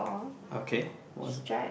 okay what's